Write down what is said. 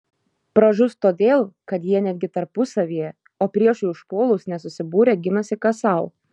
pražus todėl kad jie netgi tarpusavyje o priešui užpuolus nesusibūrę ginasi kas sau